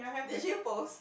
did she post